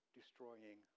destroying